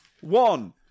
One